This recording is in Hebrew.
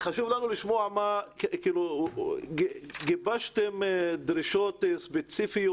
חשוב לנו לשמוע אם גיבשתם דרישות ספציפיות?